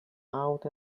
out